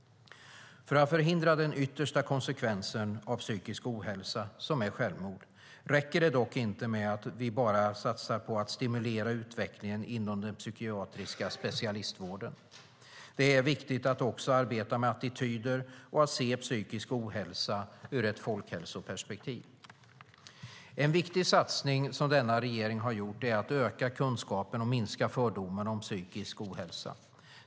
För att förhindra den yttersta konsekvensen av psykisk ohälsa - som är självmord - räcker det dock inte med att vi bara satsar på att stimulera utvecklingen inom den psykiatriska specialistvården. Det är viktigt att också arbeta med attityder och att se psykisk ohälsa ur ett folkhälsoperspektiv. En viktig satsning som denna regering har gjort är att öka kunskapen och minska fördomarna om psykisk ohälsa.